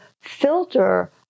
filter